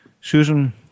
Susan